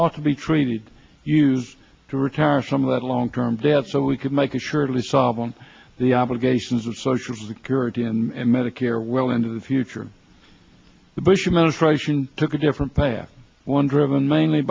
ought to be treated used to retire some of that long term debt so we can make it surely solve on the obligations of social security and medicare well into the future the bush administration took a different path one driven mainly